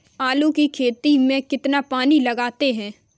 आलू की खेती में कितना पानी लगाते हैं?